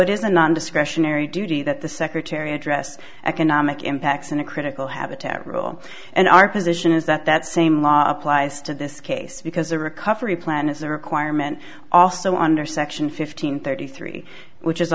a non discretionary duty that the secretary address economic impacts in a critical habitat rule and our position is that that same law applies to this case because the recovery plan is a requirement also under section fifteen thirty three which is